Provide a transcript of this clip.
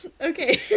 okay